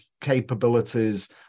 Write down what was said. capabilities